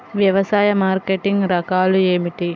వ్యవసాయ మార్కెటింగ్ రకాలు ఏమిటి?